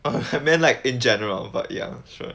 and then like in general but ya sure